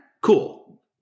cool